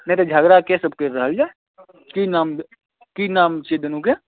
नहि नहि झगड़ा के सभ करि रहल अइ की नाम छिए दुनूके